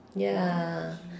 ya